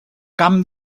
camp